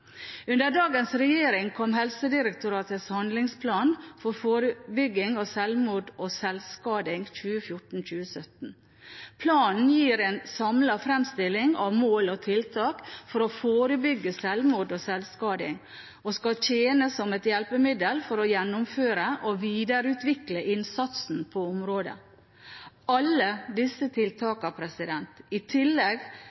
Under dagens regjering kom Helsedirektoratets Handlingsplan for forebygging av selvmord og selvskading 2014–2017. Planen gir en samlet fremstilling av mål og tiltak for å forebygge sjølmord og sjølskading og skal tjene som et hjelpemiddel for å gjennomføre og videreutvikle innsatsen på området. Alle disse